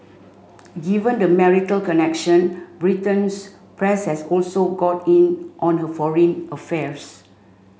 given the marital connection Britain's press has also got in on her foreign affairs